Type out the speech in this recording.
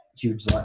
huge